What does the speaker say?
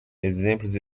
exemplos